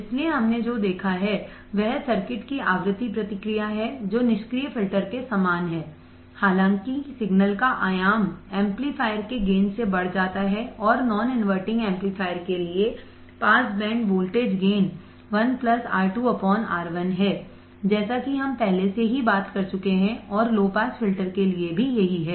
इसलिए हमने जो देखा है वह सर्किट की आवृत्ति प्रतिक्रिया है जो निष्क्रिय फिल्टर के समान है हालाँकि सिग्नल का आयाम एम्पलीफायर के गेन से बढ़ जाता है और नॉन इनवर्टिंग एम्पलीफायर के लिए pass band voltage gain 1 R2 R1 है जैसा कि हम पहले से ही बात कर चुके हैं और लो पास फिल्टर के लिए भी यही है